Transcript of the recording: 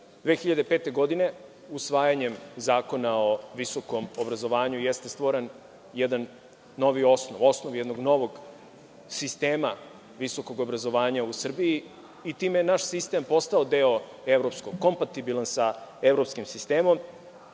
2005. godine, usvajanjem Zakona o visokom obrazovanju, stvoren je jedan novi osnov, osnov jednog novog sistema visokog obrazovanja u Srbiji i time je naš sistem postao deo evropskog, kompatibilan sa evropskim sistemom